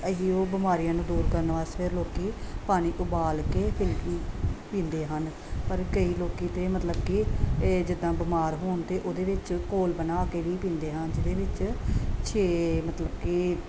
ਅਸੀਂ ਉਹ ਬਿਮਾਰੀਆਂ ਨੂੰ ਦੂਰ ਕਰਨ ਵਾਸਤੇ ਫਿਰ ਲੋਕ ਪਾਣੀ ਉਬਾਲ ਕੇ ਪੀਂਦੇ ਪੀਂਦੇ ਹਨ ਪਰ ਕਈ ਲੋਕ ਤਾਂ ਮਤਲਬ ਕਿ ਜਿੱਦਾਂ ਬਿਮਾਰ ਹੋਣ 'ਤੇ ਉਹਦੇ ਵਿੱਚ ਘੋਲ ਬਣਾ ਕੇ ਵੀ ਪੀਂਦੇ ਹਨ ਜਿਹਦੇ ਵਿੱਚ ਛੇ ਮਤਲਬ ਕਿ